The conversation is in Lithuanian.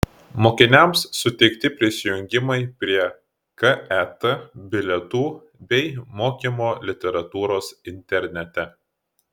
mokiniams suteikti prisijungimai prie ket bilietų bei mokymo literatūros internete